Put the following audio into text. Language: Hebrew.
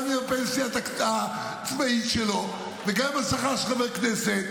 גם עם הפנסיה הצבאית שלו וגם עם שכר של חבר כנסת,